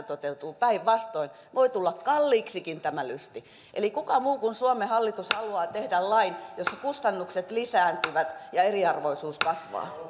toteutuu päinvastoin voi tulla kalliiksikin tämä lysti kuka muu kuin suomen hallitus haluaa tehdä lain jossa kustannukset lisääntyvät ja eriarvoisuus kasvaa